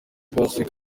twasuye